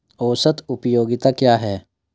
औसत उपयोगिता क्या है?